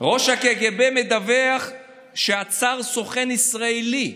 ראש הקג"ב מדווח שעצר סוכן ישראלי.